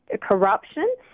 corruption